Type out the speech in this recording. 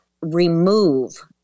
remove